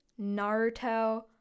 Naruto